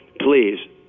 please